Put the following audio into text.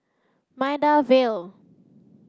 Maida Vale